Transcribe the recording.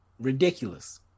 Ridiculous